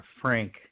Frank